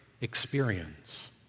experience